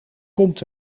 komt